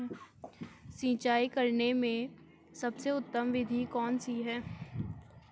सिंचाई करने में सबसे उत्तम विधि कौन सी है?